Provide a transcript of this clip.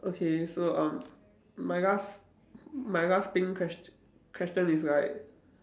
okay so um my last my last pink questio~ question is like